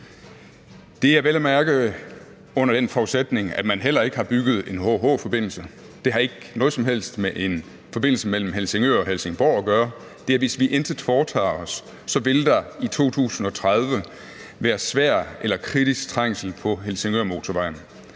Det er vel at mærke under den forudsætning, at man heller ikke har bygget en HH-forbindelse. Det har ikke noget som helst med en forbindelse mellem Helsingør og Helsingborg at gøre – det er, hvis vi intet foretager os. Så vil der i 2030 være svær eller kritisk trængsel på Helsingørmotorvejen.